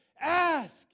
ask